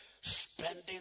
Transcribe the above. Spending